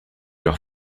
leur